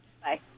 Bye